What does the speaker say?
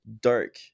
dark